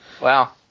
Wow